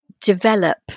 develop